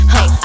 Hey